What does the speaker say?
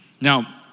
Now